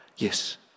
Yes